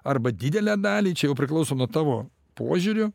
arba didelę dalį čia jau priklauso nuo tavo požiūrio